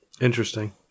Interesting